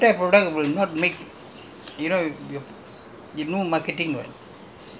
they want to do a different type of product because same type of product will not make